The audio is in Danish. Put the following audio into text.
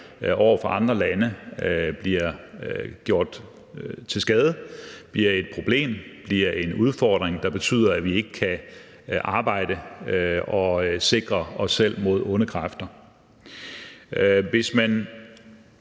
over for andre lande bliver skadet, bliver et problem, bliver en udfordring, der betyder, at vi ikke kan arbejde og sikre os selv imod onde kræfter. Hvis man